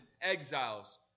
exiles